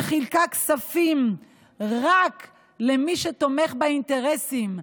וחילקה כספים רק למי שתומך באינטרסים,